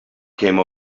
came